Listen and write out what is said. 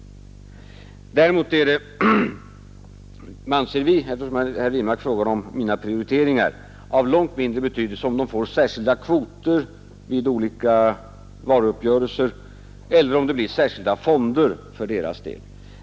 Däremot vill jag säga — eftersom herr Wirmark frågade om mina prioriteringar — att vi anser att det är av långt mindre betydelse om dessa länder får särskilda kvoter vid olika varuuppgörelser eller om det blir särskilda fonder för deras del.